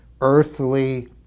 earthly